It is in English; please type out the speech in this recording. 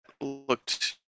looked